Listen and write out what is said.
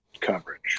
coverage